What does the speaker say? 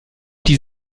die